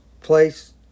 place